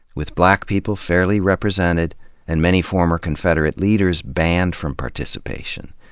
with black people fairly represented and many former confederate leaders banned from participation.